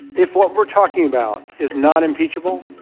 if what we're talking about is not impeachable,